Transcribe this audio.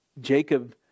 Jacob